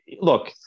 look